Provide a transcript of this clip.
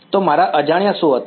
તો મારા અજાણ્યા શું હતા